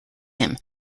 him